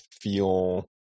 feel